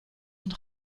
und